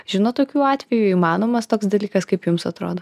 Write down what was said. žinot tokių atvejų įmanomas toks dalykas kaip jums atrodo